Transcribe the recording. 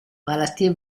malattie